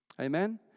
Amen